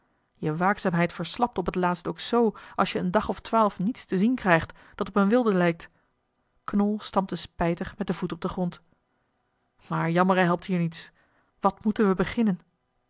je waakzaamheid verslapt op het laatst ook zoo als je een dag of twaalf niets te zien krijgt dat op een wilde lijkt knol stampte spijtig met den voet op den grond maar jammeren helpt hier niets wat moeten we beginnen